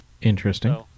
Interesting